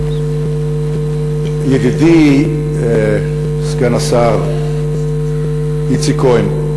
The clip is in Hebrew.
ידידי סגן השר איציק כהן,